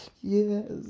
yes